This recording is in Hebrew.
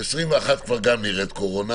ב-2021 יש גם קורונה.